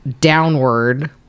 downward